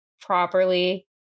properly